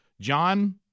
John